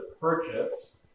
purchase